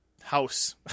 house